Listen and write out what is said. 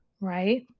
right